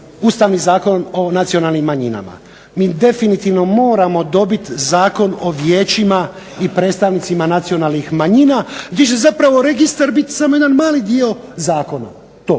Ustavni zakon o nacionalnim manjinama. Mi definitivno moramo dobiti Zakon o vijećima i predstavnicima nacionalnih manjima gdje će zapravo registar biti samo jedan mali dio zakona, a